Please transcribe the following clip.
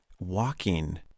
walking